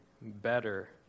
better